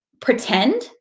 pretend